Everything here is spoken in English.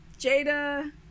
Jada